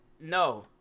no